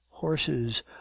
horses